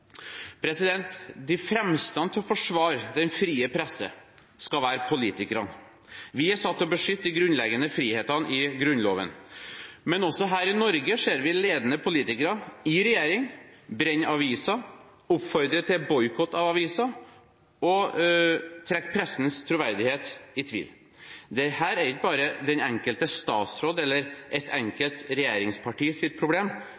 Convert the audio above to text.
De fremste til å forsvare den frie presse skal være politikerne. Vi er satt til å beskytte de grunnleggende frihetene i Grunnloven. Men også her i Norge ser vi ledende politikere – i regjering – brenne aviser, oppfordre til boikott av aviser og trekke pressens troverdighet i tvil. Dette er ikke bare den enkelte statsråds eller et enkelt regjeringspartis problem,